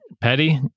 petty